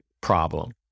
problem